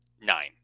nine